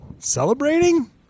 Celebrating